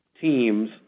teams